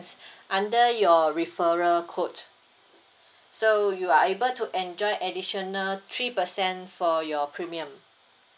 under your referral code so you are able to enjoy additional three percent for your premium